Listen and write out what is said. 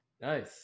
nice